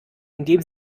indem